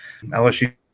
LSU